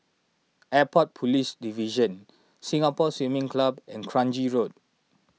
Airport Police Division Singapore Swimming Club and Kranji Road